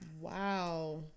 Wow